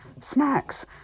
snacks